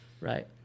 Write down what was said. right